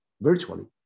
virtually